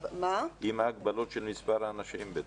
עם ההגבלות של מספר האנשים בטח.